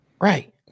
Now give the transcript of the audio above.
Right